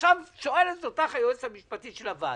עכשיו, שואלת אותך היועצת המשפטית של הוועדה,